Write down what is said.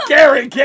Gary